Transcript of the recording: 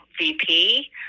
VP